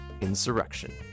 Insurrection